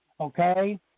Okay